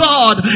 God